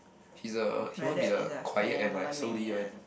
he's a he want to be the quiet and like slowly one